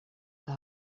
que